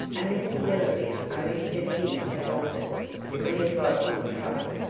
and mr. willoby only stepped in to help us when he got in trouble.